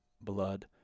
blood